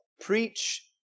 preach